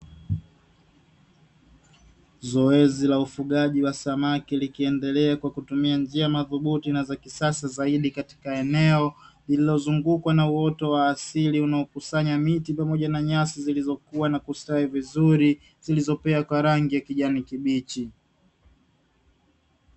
Zoezi la ufugaji wa samaki likiendelea kwa kutumia njia madhubuti na za kisasa zaidi katika eneo lilizongukwa na uoto wa asili, unaokusanya miti pamoja nyasi zilizokua na kustawi vizuri zilizopea kwa rangi ya kijani kibichi.